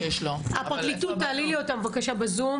אבל אנחנו צריכים להבין איפה הבעיות שלו.